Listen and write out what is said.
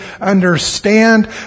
understand